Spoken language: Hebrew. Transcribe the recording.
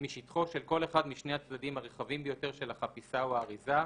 משטחו של כל אחד משני הצדדים הרחבים ביותר של החפיסה או האריזה,